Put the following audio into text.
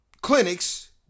clinics